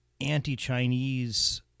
anti-Chinese